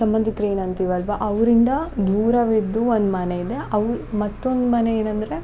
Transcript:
ಸಂಬಂಧಿಕ್ರು ಏನು ಅಂತೀವಲ್ಲವಾ ಅವರಿಂದ ದೂರವಿದ್ದು ಒಂದು ಮನೆ ಇದೆ ಅವರು ಮತ್ತೊಂದು ಮನೆ ಏನಂದರೆ